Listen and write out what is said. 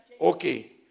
okay